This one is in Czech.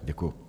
Děkuju.